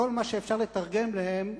וכל מה שאפשר לתרגם להם,